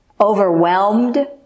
Overwhelmed